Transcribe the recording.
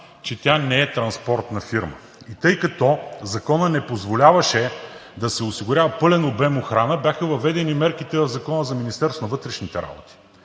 че тя не е транспортна фирма. И тъй като Законът не позволяваше да се осигурява пълен обем охрана, бяха въведени мерките в Закона за Министерството на вътрешните работи,